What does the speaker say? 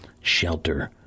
shelter